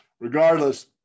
Regardless